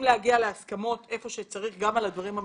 להגיע להסכמות איפה שצריך גם על הדברים המסובכים.